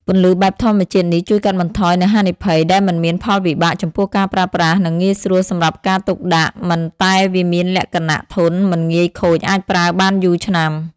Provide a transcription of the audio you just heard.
ពន្លឺបែបធម្មជាតិនេះជួយកាត់បន្ថយនៅហានីភ័យដែលមិនមានផលវិបាកចំពោះការប្រើប្រាស់និងងាយស្រួលសម្រាប់ការទុកដាក់មិនតែវាមានលក្ខណៈធន់មិនងាយខូចអាចប្រើបានយូរឆ្នាំ។